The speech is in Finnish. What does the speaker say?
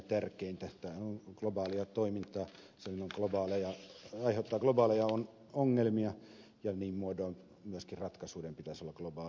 tämä on globaalia toimintaa aiheuttaa globaaleja ongelmia ja niin muodoin myöskin ratkaisujen pitäisi olla globaalitasolla